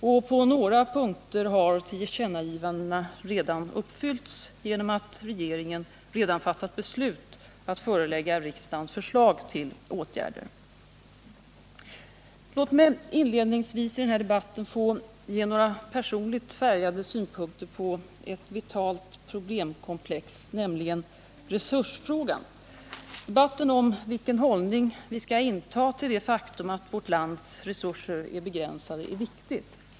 Och på några punkter har tillkännagivandena redan tillgodosetts genom att regeringen fattat beslut om att förelägga riksdagen förslag till åtgärder. Låt mig inledningsvis i den här debatten ge några personligt färgade Z synpunkter på ett vitalt problemkomplex, nämligen resursfrågan. Debatten om vilken hållning vi skall inta till det faktum att vårt lands resurser är begränsade är viktig.